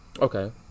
Okay